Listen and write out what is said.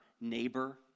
neighbor